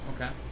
Okay